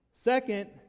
Second